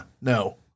no